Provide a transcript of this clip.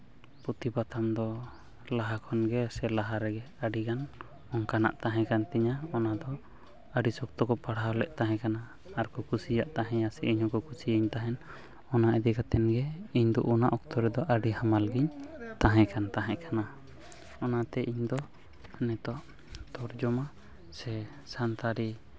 ᱯᱩᱛᱷᱤ ᱯᱟᱛᱷᱟᱢ ᱫᱚ ᱞᱟᱦᱟ ᱠᱷᱚᱱ ᱜᱮ ᱥᱮ ᱞᱟᱦᱟ ᱨᱮᱜᱮ ᱟᱹᱰᱤ ᱜᱟᱱ ᱚᱱᱠᱟᱱᱟᱜ ᱛᱟᱦᱮᱸ ᱠᱟᱱ ᱛᱤᱧᱟᱹ ᱚᱱᱟ ᱫᱚ ᱟᱹᱰᱤ ᱥᱚᱠᱛᱚ ᱠᱚ ᱯᱟᱲᱦᱟᱣ ᱞᱮᱫ ᱛᱟᱦᱮᱸ ᱠᱟᱱᱟ ᱟᱨ ᱠᱚ ᱠᱩᱥᱤᱭᱟᱜ ᱛᱟᱦᱮᱸ ᱥᱮ ᱤᱧ ᱦᱚᱸᱠᱚ ᱠᱩᱥᱤᱭᱟᱹᱧ ᱛᱟᱦᱮᱱ ᱚᱱᱟ ᱤᱫᱤ ᱠᱟᱛᱮᱫ ᱜᱮ ᱤᱧ ᱫᱚ ᱚᱱᱟ ᱚᱠᱛᱚ ᱨᱮᱫᱚ ᱟᱹᱰᱤ ᱦᱟᱢᱟᱞ ᱜᱤᱧ ᱛᱟᱦᱮᱸ ᱠᱟᱱ ᱛᱟᱦᱮᱸᱫ ᱠᱟᱱᱟ ᱚᱱᱟᱛᱮ ᱤᱧ ᱫᱚ ᱱᱤᱛᱚᱜ ᱛᱚᱨᱡᱚᱢᱟ ᱥᱮ ᱥᱟᱱᱛᱟᱲᱤ